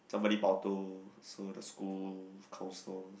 somebody bao toh so the school counsel